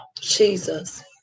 Jesus